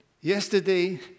yesterday